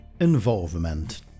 involvement